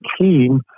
team